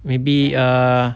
maybe err